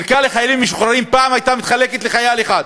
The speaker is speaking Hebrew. חלקה לחיילים משוחררים פעם הייתה מתחלקת לחייל אחד.